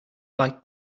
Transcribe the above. like